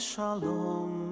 Shalom